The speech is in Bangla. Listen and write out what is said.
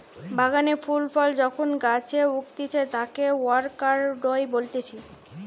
বাগানে ফুল ফল যখন গাছে উগতিচে তাকে অরকার্ডই বলতিছে